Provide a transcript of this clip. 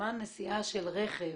זמן נסיעה של רכב